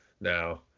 Now